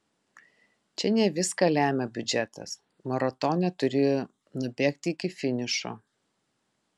čia ne viską lemia biudžetas maratone turi nubėgti iki finišo